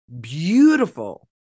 beautiful